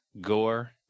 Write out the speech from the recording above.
gore